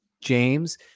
James